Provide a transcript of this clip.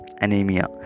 anemia